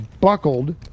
buckled